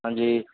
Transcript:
ਹਾਂਜੀ